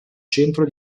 centro